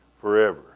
forever